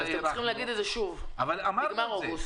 אתם צריכים להגיד את זה שוב, נגמר אוגוסט.